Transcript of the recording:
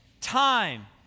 time